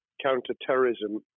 counter-terrorism